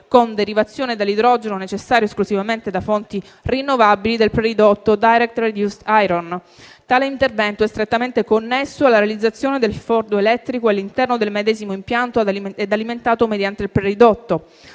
con derivazione dell'idrogeno necessario esclusivamente da fonti rinnovabili, del preridotto (*direct reduce iron,* DRI). Tale intervento è strettamente connesso alla realizzazione del forno elettrico all'interno del medesimo impianto e alimentato mediante il preridotto.